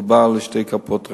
מדובר בשתי כפות רגליים.